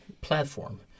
platform